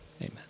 Amen